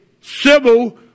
civil